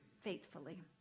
faithfully